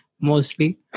Mostly